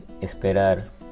esperar